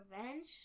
revenge